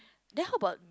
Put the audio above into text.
then how about